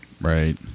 Right